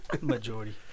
majority